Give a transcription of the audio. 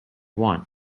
want